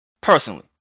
Personally